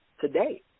today